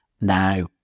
Now